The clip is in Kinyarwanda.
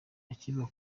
akiva